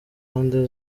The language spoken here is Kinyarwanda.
mpande